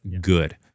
good